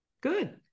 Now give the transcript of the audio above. Good